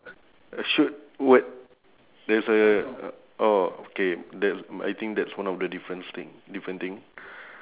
okay ah no different mine is three points and five points